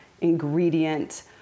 ingredient